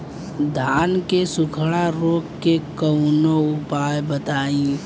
धान के सुखड़ा रोग के कौनोउपाय बताई?